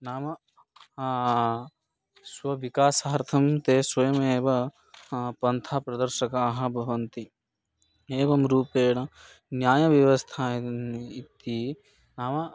नाम स्वविकासार्थं ते स्वयमेव पन्थप्रदर्शकाः भवन्ति एवं रूपेण न्यायव्यवस्थाः इति नाम